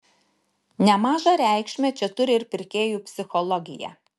nemažą reikšmę čia turi ir pirkėjų psichologija